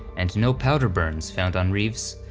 and to no powder burns found on reeves,